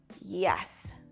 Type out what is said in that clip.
yes